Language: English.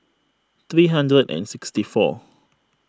three hundred and sixty four